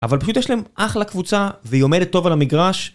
אבל פשוט יש להם אחלה קבוצה, והיא עומדת טוב על המגרש